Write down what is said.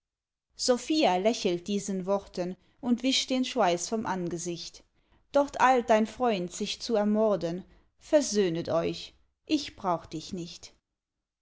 sophia lächelt diesen worten und wischt den schweiß vom angesicht dort eilt dein freund sich zu ermorden versöhnet euch ich brauch dich nicht